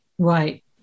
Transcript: Right